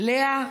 לאה,